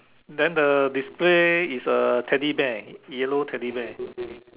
then the display is a teddy bear yellow teddy bear